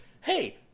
hey